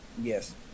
Yes